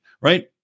right